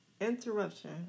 interruption